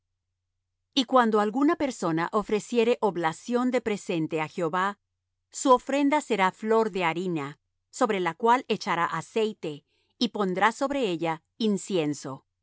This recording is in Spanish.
y cuando alguna persona ofreciere oblación de presente á jehová su ofrenda será flor de harina sobre la cual echará aceite y pondrá sobre ella incienso y